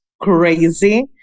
crazy